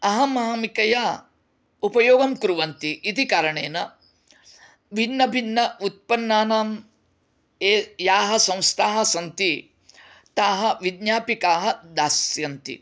अहम् अहमिकया उपयोगं कुर्वन्ति इति कारणेन भिन्न भिन्न उत्पन्नानां ये याः संस्थाः सन्ति ताः विज्ञापिका दास्यन्ति